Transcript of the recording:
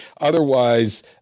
Otherwise